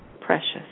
precious